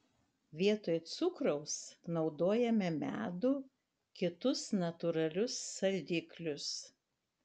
vietoj cukraus naudojame medų kitus natūralius saldiklius